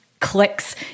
clicks